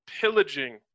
pillaging